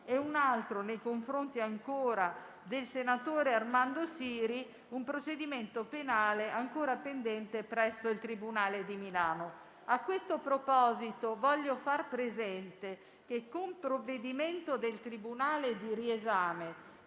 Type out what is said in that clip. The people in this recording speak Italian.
e un altro nei confronti dello stesso senatore Armando Siri, relativamente a un procedimento penale ancora pendente presso il tribunale di Milano. A questo proposito voglio far presente che, con provvedimento del tribunale del riesame